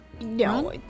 No